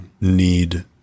need